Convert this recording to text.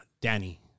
Danny